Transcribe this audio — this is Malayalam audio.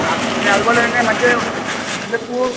ആ പിന്നെ അതുപോലെത്തന്നെ മറ്റേയോ മുല്ലപ്പൂവ്